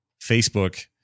Facebook